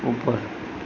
ઉપર